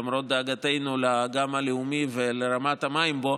למרות דאגתנו לאגם הלאומי ולרמת המים בו,